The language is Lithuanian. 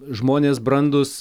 žmonės brandūs